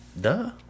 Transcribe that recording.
Duh